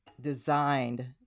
designed